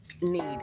need